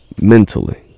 mentally